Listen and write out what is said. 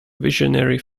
visionary